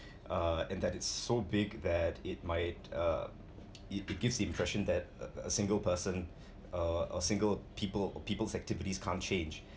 uh and that it's so big that it might uh it it gives the impression that a single person a a single people people's activities can't change